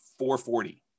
440